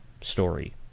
story